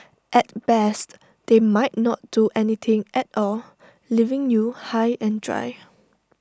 at best they might not do anything at all leaving you high and dry